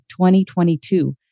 2022